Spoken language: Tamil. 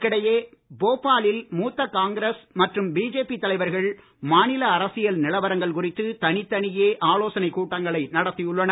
இதற்கிடையே போபாலில் மூத்த காங்கிரஸ் மற்றும் பிஜேபி தலைவர்கள் மாநில அரசியல் நிலவரங்கள் குறித்து தனித்தனியே ஆலோசனைக் கூட்டங்களை நடத்தியுள்ளனர்